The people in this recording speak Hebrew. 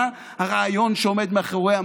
מה הרעיון שעומד מאחוריה?